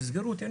תסגרו אותי,